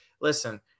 listen